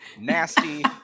nasty